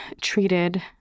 treated